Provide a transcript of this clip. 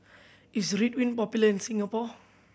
is Ridwind popular in Singapore